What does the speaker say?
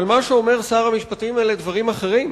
אבל מה שאומר שר המשפטים אלה דברים אחרים.